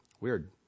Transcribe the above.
Weird